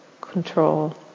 control